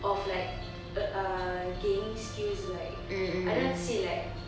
of like uh err gaining skills like I don't know how to say like